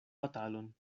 batalon